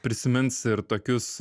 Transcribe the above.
prisimins ir tokius